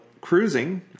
cruising